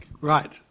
Right